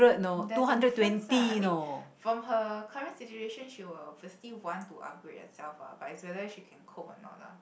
there's a difference ah I mean from her current situation she will firstly want to upgrade herself ah but it's whether she can cope or not lah